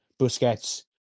Busquets